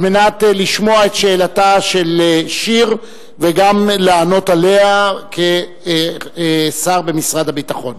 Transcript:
על מנת לשמוע את שאלתה של שיר וגם לענות עליה כשר במשרד הביטחון.